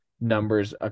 numbers